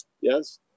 yes